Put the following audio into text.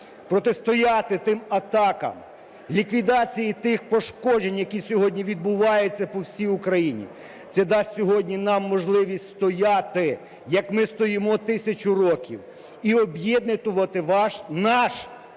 протистояти тим атакам, ліквідації тих пошкоджень, які сьогодні відбуваються по всій Україні. Це дасть сьогодні нам можливість стояти, як ми стоїмо 1000 років, і об'єднувати ваш, наш